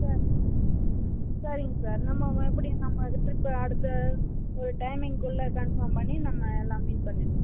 sir சரிங்க sir நம்ம எப்படி நம்ம திருப்பி அடுத்த ஒரு டைமிங்குள்ள கன்ஃபார்ம் பண்ணி நம்ம எல்லாமே பண்ணிவிடலாம்